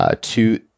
two